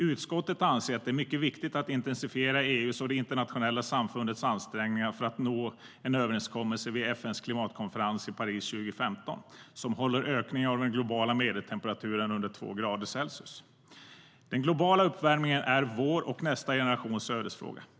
Utskottet anser att det är mycket viktigt att intensifiera EU:s och det internationella samfundets ansträngningar för att nå en överenskommelse vid FN:s klimatkonferens i Paris 2015 som håller ökningen av den globala medeltemperaturen under två grader Celsius.Den globala uppvärmningen är vår och nästa generations ödesfråga.